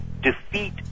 defeat